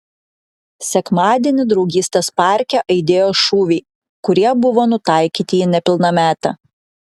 sekmadienį draugystės parke aidėjo šūviai kurie buvo nutaikyti į nepilnametę